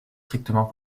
strictement